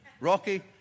Rocky